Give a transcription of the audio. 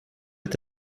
est